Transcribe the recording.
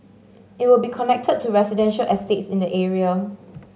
it will be connected to residential estates in the area